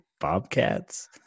Bobcats